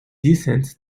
decent